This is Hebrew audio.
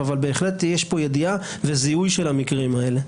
אבל בהחלט יש פה ידיעה וזיהוי של המקרים האלה.